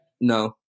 No